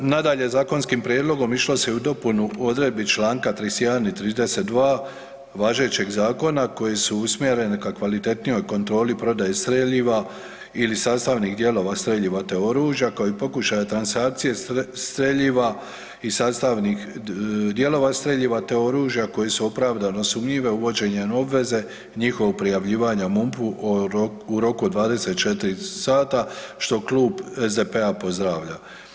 Nadalje, zakonskim prijedlogom išlo se i u dopunu odredbi čl. 31. i 32. važećeg zakona koji su usmjereni ka kvalitetnijoj kontroli i prodaji streljiva ili sastavnih dijelova streljiva, te oružja, kao i pokušaja transakcije streljiva i sastavnih dijelova streljiva, te oružja koji su opravdano sumnjive, uvođenjem obveze njihovog prijavljivanja MUP-u u roku od 24 sata, što Klub SDP-a pozdravlja.